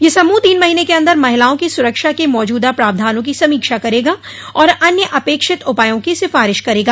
यह समूह तीन महीने के अन्दर महिलाओं की सुरक्षा के मौजूदा प्रावधानों की समीक्षा करेगा और अन्य अपेक्षित उपायों की सिफारिश करेगा